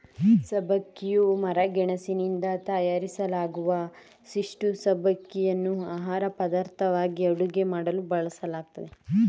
ಸಬ್ಬಕ್ಕಿಯು ಮರಗೆಣಸಿನಿಂದ ತಯಾರಿಸಲಾಗುವ ಪಿಷ್ಠ ಸಬ್ಬಕ್ಕಿಯನ್ನು ಆಹಾರಪದಾರ್ಥವಾಗಿ ಅಡುಗೆ ಮಾಡಲು ಬಳಸಲಾಗ್ತದೆ